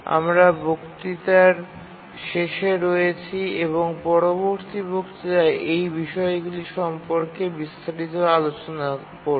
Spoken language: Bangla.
আমরা বক্তৃতার শেষে রয়েছি এবং পরবর্তী বক্তৃতায় এই বিষয়গুলি সম্পর্কে বিস্তারিত আলোচনা করব